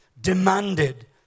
demanded